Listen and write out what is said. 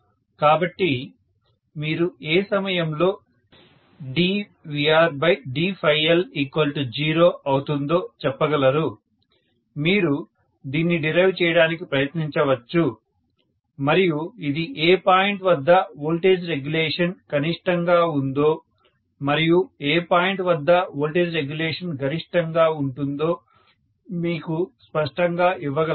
కాబట్టి మీరు ఏ సమయంలో ddL0 అవుతుందో చెప్పగలరు మీరు దీన్ని డిరైవ్ చేయడానికి ప్రయత్నించవచ్చు మరియు ఇది ఏ పాయింట్ వద్ద వోల్టేజ్ రెగ్యులేషన్ కనిష్టంగా ఉందో మరియు ఏ పాయింట్ వద్ద వోల్టేజ్ రెగ్యులేషన్ గరిష్టంగా ఉంటుందో మీకు స్పష్టంగా ఇవ్వగలదు